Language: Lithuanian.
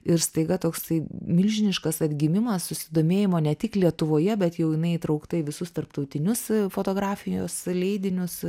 ir staiga toksai milžiniškas atgimimas susidomėjimo ne tik lietuvoje bet jau jinai įtraukta į visus tarptautinius fotografijos leidinius